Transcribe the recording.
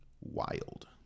Wild